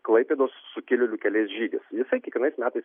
klaipėdos sukilėlių keliais žygis jisai kiekvienais metais